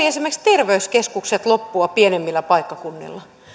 esimerkiksi terveyskeskukset voivat loppua pienemmillä paikkakunnilla